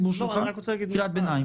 בסדר, אבל תגיד רק --- אני רוצה רגע להסביר.